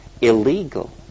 illegal